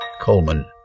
Coleman